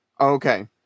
Okay